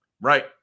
Right